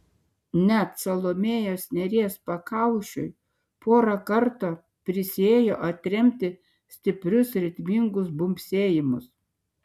net salomėjos nėries pakaušiui porą kartų prisiėjo atremti stiprius ritmingus bumbsėjimus